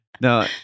No